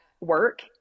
work